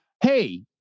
Hey